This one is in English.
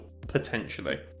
potentially